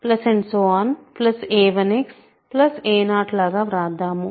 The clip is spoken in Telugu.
a 1 Xa 0 లాగా వ్రాద్దాము